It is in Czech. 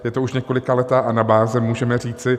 Je to už několikaletá anabáze, můžeme říci.